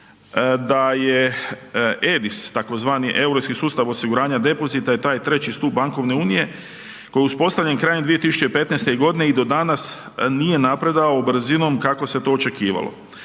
da je EDIS, tzv. Europski sustav osiguranja depozita je taj treći stup bankovne unije koji je uspostavljen krajem 2015. g. i do danas nije napredovao brzinom kako se to očekivalo.